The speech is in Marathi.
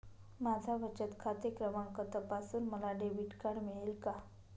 माझा बचत खाते क्रमांक तपासून मला डेबिट कार्ड मिळेल का?